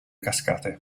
cascate